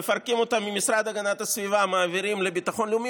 מפרקים אותה מהמשרד להגנת הסביבה ומעבירים אותה למשרד לביטחון לאומי.